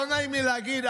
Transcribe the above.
לא נעים לי להגיד,